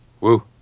Woo